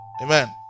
Amen